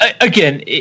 Again